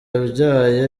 abyaye